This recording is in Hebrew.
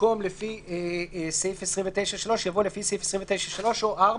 במקום "לפי סעיף 29(3)" יבוא "לפי סעיף 29(3) או (4)".